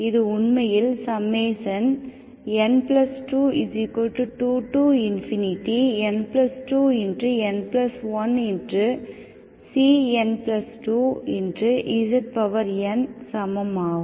இது உண்மையில் n22n2n1cn2znசமம் ஆகும்